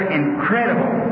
incredible